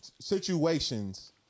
situations